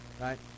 Right